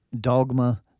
dogma